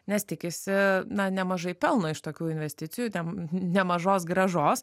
nes tikisi na nemažai pelno iš tokių investicijų ten nemažos grąžos